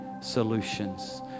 solutions